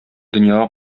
дөньяга